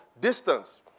distance